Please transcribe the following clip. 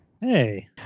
Hey